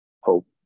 hope